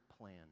plan